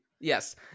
Yes